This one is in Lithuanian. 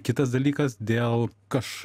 kitas dalykas dėl kaž